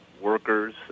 workers